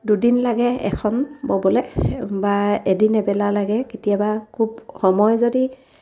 দুদিন লাগে এখন ব'বলৈ বা এদিন এবেলা লাগে কেতিয়াবা খুব সময় যদি